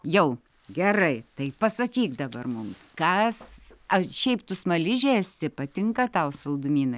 jau gerai tai pasakyk dabar mums kas ar šiaip tu smaližė esi patinka tau saldumynai